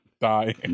Die